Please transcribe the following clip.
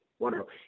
wonderful